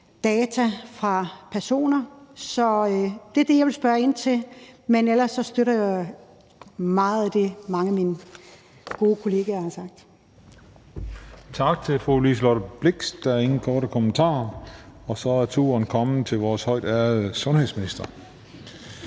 data fra personer. Så det er det, jeg vil spørge ind til, men ellers støtter jeg meget af det, mange af mine gode kollegaer har sagt. Kl. 15:08 Den fg. formand (Christian Juhl): Tak til fru Liselott Blixt. Der er ingen korte bemærkninger. Så er turen kommet til vores højt ærede sundhedsminister,